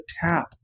tap